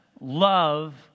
love